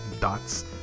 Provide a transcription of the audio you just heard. dots